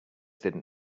didn’t